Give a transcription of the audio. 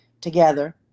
together